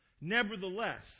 Nevertheless